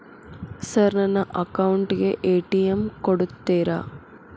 Sir ನನ್ನ account ಗೆ ATM ಕೊಡುತ್ತೇರಾ?